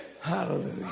Hallelujah